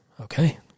okay